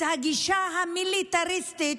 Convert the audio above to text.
הגישה המיליטריסטית,